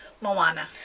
Moana